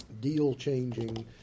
deal-changing